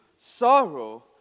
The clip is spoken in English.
sorrow